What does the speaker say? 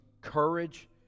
courage